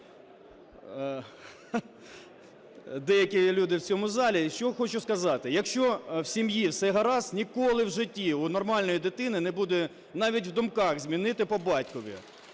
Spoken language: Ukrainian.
деякі люди в цьому залі. Що хочу сказати. Якщо в сім'ї все гаразд, ніколи в житті у нормальної дитини не буде навіть в думках змінити по батькові.